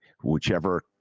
whichever